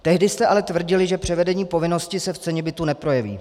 Tehdy jste ale tvrdili, že převedení povinnosti se v ceně bytu neprojeví.